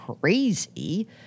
crazy